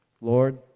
Lord